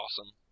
Awesome